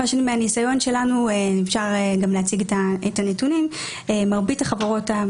מהניסיון שלנו אפשר גם להציג את הנתונים מרבית החברות או